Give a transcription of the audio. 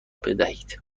بدهید